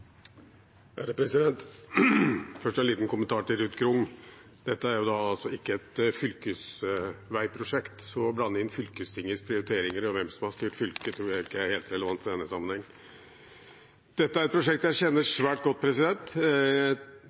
Først en liten kommentar til Ruth Grung: Dette er altså ikke et fylkesveiprosjekt, så å blande inn fylkestingets prioriteringer og hvem som har styrt fylket, tror jeg ikke er helt relevant i denne sammenheng. Dette er et prosjekt jeg kjenner svært godt.